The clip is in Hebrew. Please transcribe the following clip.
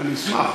אני אשמח.